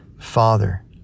Father